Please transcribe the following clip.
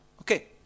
Okay